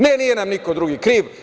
Ne, nije nam niko drugi kriv.